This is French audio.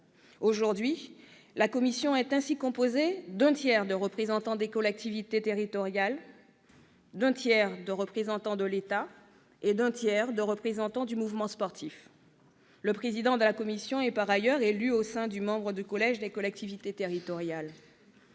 Aujourd'hui, la CERFRES est ainsi composée d'un tiers de représentants des collectivités territoriales, d'un tiers de représentants de l'État et d'un tiers de représentants du mouvement sportif. Son président est par ailleurs élu au sein des membres du collège des collectivités territoriales.